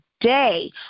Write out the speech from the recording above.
today